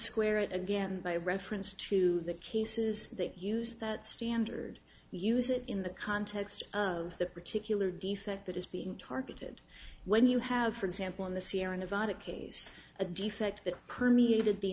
square it again by reference to the cases that use that standard use it in the context of the particular defect that is being targeted when you have for example in the sierra nevada case a defect that permeated the